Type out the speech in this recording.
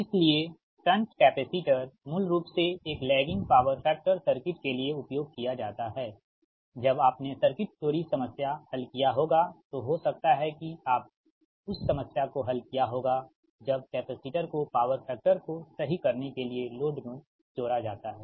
इसलिए shunt capacitor मूल रूप से एक लैगिंग पावर फैक्टर सर्किट के लिए उपयोग किया जाता है जब आपने सर्किट थ्योरी समस्या हल किया होगा तो हो सकता है कि आप उस समस्या को हल किया होगा जब कैपेसिटर को पावर फैक्टर को सही करने के लिए लोड में जोड़ा जाता है